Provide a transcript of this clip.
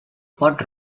pot